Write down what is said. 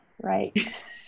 right